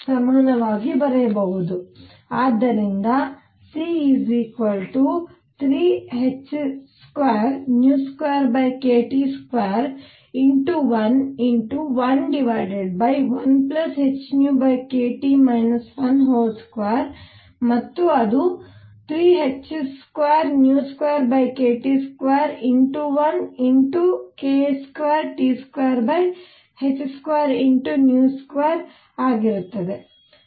ಆದ್ದರಿಂದ C3h22kT2×1×11hνkT 12ಮತ್ತು ಅದು 3h22kT2×1×k2T2h22 ಆಗುತ್ತದೆ